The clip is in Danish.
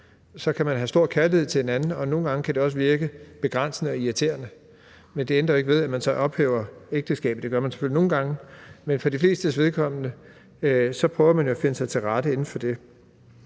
Man kan have stor kærlighed til hinanden, men nogle gange kan det også virke begrænsende og irriterende. Men det ændrer jo ikke ved det, at man så ophæver ægteskabet, for det gør man selvfølgelig nogle gange, men for de flestes vedkommende prøver man jo at finde sig til rette inden for det;